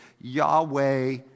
Yahweh